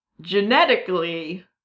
genetically